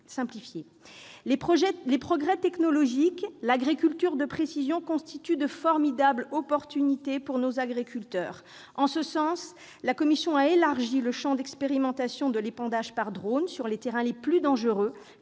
Les progrès technologiques, comme l'agriculture de précision, constituent de formidables leviers pour nos agriculteurs. En ce sens, la commission a élargi le champ de l'expérimentation de l'épandage par drones, sur les terrains les plus dangereux,